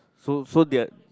so so that